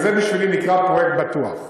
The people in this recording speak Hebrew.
זה בשבילי נקרא פרויקט בטוח,